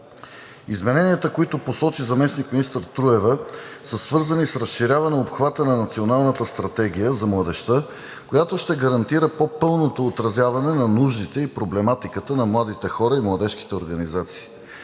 Измененията, които посочи заместник-министър Труева, са свързани с разширяване обхвата на Националната стратегията за младежта, което ще гарантира по-пълното отразяване на нуждите и проблематиката на младите хора и младежките организации.